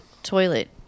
toilet